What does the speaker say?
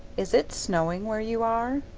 is it snowing where you are?